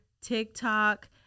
TikTok